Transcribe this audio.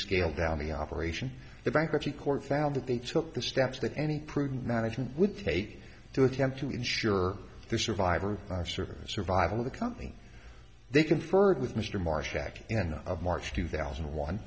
scaled down the operation the bankruptcy court found that they took the steps that any prudent management would take to attempt to ensure the survival of service survival of the company they conferred with mr marsh back in march two thousand and one